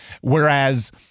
whereas-